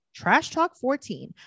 TRASHTALK14